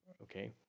okay